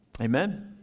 amen